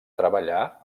treballar